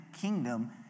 kingdom